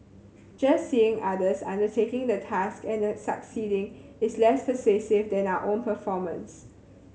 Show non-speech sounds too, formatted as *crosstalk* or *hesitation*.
just seeing others undertaking the task and *hesitation* succeeding is less persuasive than our own performance